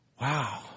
Wow